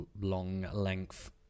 long-length